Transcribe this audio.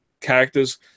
characters